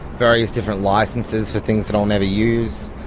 various different licenses for things that i'll never use.